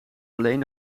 alleen